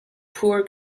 poor